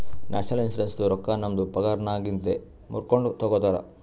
national ಇನ್ಶುರೆನ್ಸದು ರೊಕ್ಕಾ ನಮ್ದು ಪಗಾರನ್ನಾಗಿಂದೆ ಮೂರ್ಕೊಂಡು ತಗೊತಾರ್